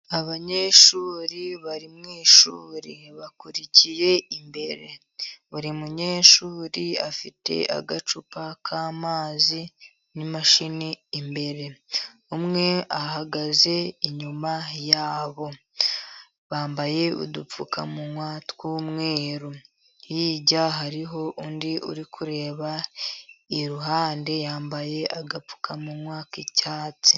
Abanyeshuri bari mu ishuri bakurikiye imbere. Buri munyeshuri afite agacupa k'amazi n'imashini. Umwe ahagaze inyuma yabo. Bambaye udupfukamunwa tw'umweru. Hirya hariho undi uri kureba iruhande, yambaye agapfukamunwa k'icyatsi.